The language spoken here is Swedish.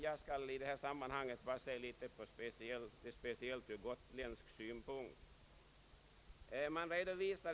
Jag skall i detta sammanhang se förslaget speciellt från gotländsk synvinkel.